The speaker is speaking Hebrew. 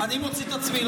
אני מוציא את עצמי.